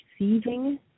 receiving